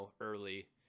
early